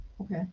Okay